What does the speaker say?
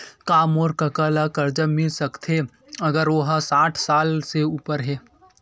का मोर कका ला कर्जा मिल सकथे अगर ओ हा साठ साल से उपर हे?